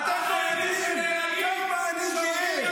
האזרחי והלאומי לאזרחים הערבים.